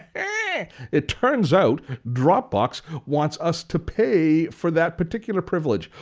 ah it turns out dropbox wants us to pay for that particular privilege.